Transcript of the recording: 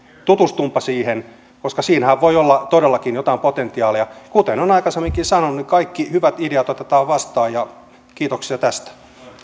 tutustunpa siihen koska siinähän voi olla todellakin jotain potentiaalia kuten olen aikaisemminkin sanonut kaikki hyvät ideat otetaan vastaan ja kiitoksia tästä